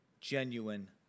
genuine